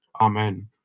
Amen